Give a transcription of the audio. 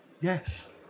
Yes